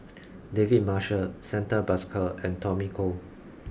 David Marshall Santha Bhaskar and Tommy Koh